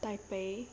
taipei